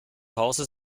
hause